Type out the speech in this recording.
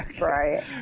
right